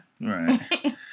Right